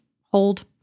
hold